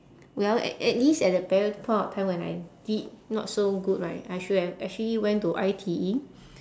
well a~ at least at that very point of time when I did not so good right I should have actually went to I_T_E